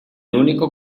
único